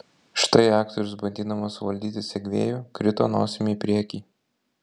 štai aktorius bandydamas suvaldyti segvėjų krito nosimi į priekį